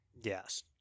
yes